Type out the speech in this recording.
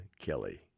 Kelly